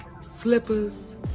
slippers